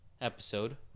episode